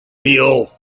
meal